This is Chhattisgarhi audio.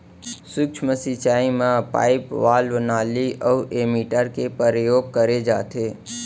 सूक्ष्म सिंचई म पाइप, वाल्व, नाली अउ एमीटर के परयोग करे जाथे